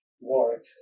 work